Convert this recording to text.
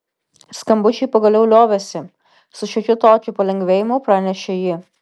skambučiai pagaliau liovėsi su šiokiu tokiu palengvėjimu pranešė ji